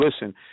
listen